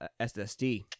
SSD